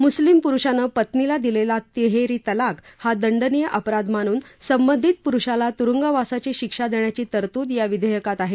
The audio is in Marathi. मुस्लिम पुरुषान पत्नीला दिलेला तिहेरी तलाक हा दंडनीय अपराध मानून संबंधित पुरुषाला तुरुंगवासाची शिक्षा देण्याची तरतूद या विधेयकात आहे